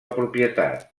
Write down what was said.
propietat